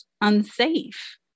unsafe